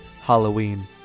Halloween